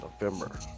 November